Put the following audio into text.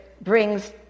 brings